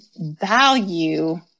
value